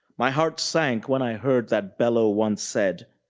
my heart sank when i heard that bellow once said,